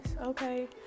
okay